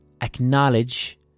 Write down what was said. acknowledge